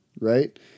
right